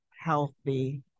healthy